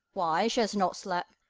why, she has not slept,